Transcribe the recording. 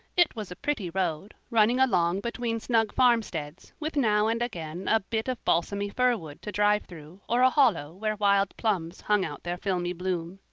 it was a pretty road, running along between snug farmsteads, with now and again a bit of balsamy fir wood to drive through or a hollow where wild plums hung out their filmy bloom.